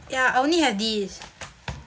ya I only have this